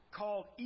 called